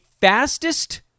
fastest